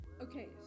Okay